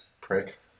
prick